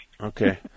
Okay